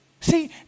See